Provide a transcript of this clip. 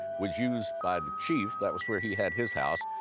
was used by the chief. that was where he had his house.